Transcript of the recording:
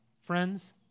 friends